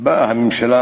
באה הממשלה